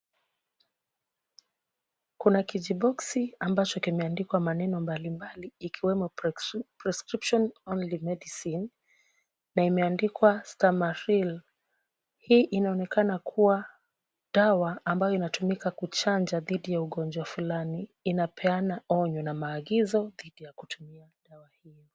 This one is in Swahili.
Kuna kijiboksi ambacho kimeandikwa maneno mbalimbali, ikiwemo, prescription only medicine , na imeandikwa Stemerile. Hii inaonekana kuwa dawa ambayo inatumika kuchanja dhidi ya ugonjwa fulani. Inapeana onyo na maagizo ya jinsi ya kutumia dawa hio.